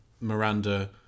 Miranda